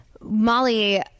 Molly